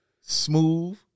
Smooth